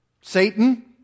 Satan